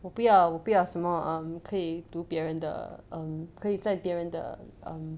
我不要我不要什么 um 可以读别人的 um 可以在别人的 um